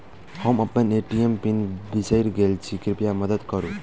हम अप्पन ATM PIN बिसरि गेल छी कृपया मददि करू